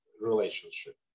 relationship